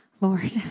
Lord